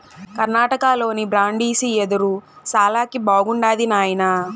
కర్ణాటకలోని బ్రాండిసి యెదురు శాలకి బాగుండాది నాయనా